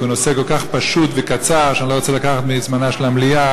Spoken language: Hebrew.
כי הוא נושא כל כך פשוט וקצר שאני לא רוצה לקחת מזמנה של המליאה.